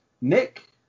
nick